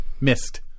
Missed